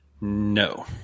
No